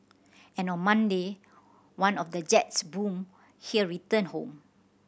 and on Monday one of the jets born here returned home